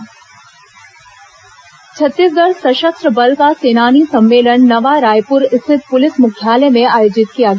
सेनानी सम्मेलन छत्तीसगढ़ सशस्त्र बल का सेनानी सम्मेलन नवा रायपुर स्थित पुलिस मुख्यालय में आयोजित किया गया